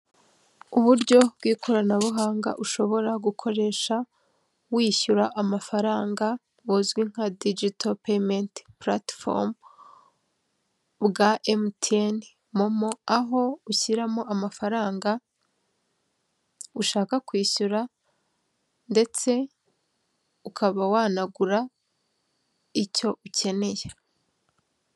Uburyo bw'ikoranabuhanga ushobora gukoresha wishyura amafaranga buzwi nka dijito peyimenti puratifomu bwa MTN momo, aho ushyiramo amafaranga ushaka kwishyura ndetse ukaba wanagura icyo ukeneye.